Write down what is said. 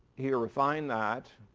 he refined that,